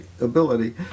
ability